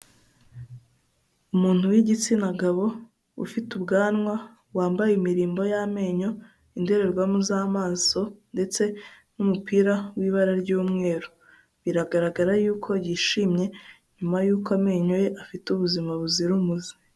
Umuntu w'igitsina gabo ufite ubwanwa wambaye imirimbo y'amenyo, indorerwamo z'amaso ndetse n'umupira w'ibara ry'umweru, biragaragara yuko yishimye nyuma yuko amenyo ye afite ubuzima buzira umuze.